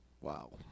Wow